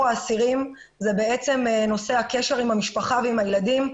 האסירים זה בעצם נושא הקשר עם המשפחה ועם הילדים.